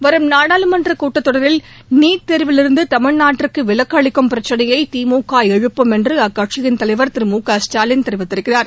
வரும் நாடாளுமன்ற கூட்டத்தொடரில் நீட் தேர்விலிருந்து தமிழ்நாட்டிற்கு விலக்கு அளிக்கும் பிரச்சினையை திமுக எழுப்பும் என்று அக்கட்சியின் தலைவா் திரு மு க ஸ்டாலின் கூறியிருக்கிறார்